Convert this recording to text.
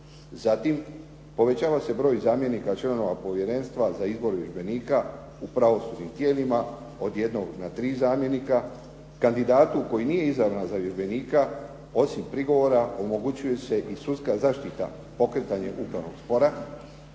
Zatim, povećava se broj zamjenika članova povjerenstva za izbor vježbenika u pravosudnim tijelima od jednog na tri zamjenika, kandidatu koji nije izabran za vježbenika osim prigovora omogućuje se i sudska zaštita, pokretanje upravnog spora,